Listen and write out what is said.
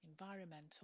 Environmental